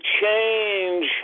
change